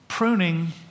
Pruning